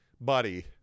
buddy